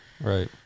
Right